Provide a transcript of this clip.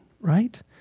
right